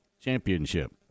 championship